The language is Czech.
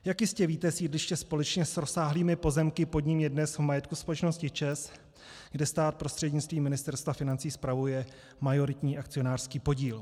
Jak jistě víte, sídliště společně s rozsáhlými pozemky pod ním je dnes v majetku společnosti ČEZ, kde stát prostřednictvím Ministerstva financí spravuje majoritní akcionářský podíl.